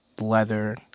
leather